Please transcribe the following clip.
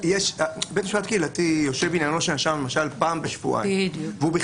בית משפט קהילתי יושב בעניינו של נאשם למשל פעם בשבועיים והשופט